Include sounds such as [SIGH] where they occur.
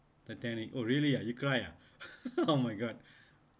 the technique oh really ah you cry ah [LAUGHS] oh my god